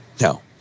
No